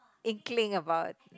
inkling about